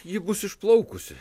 ji bus išplaukusi